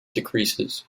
decreases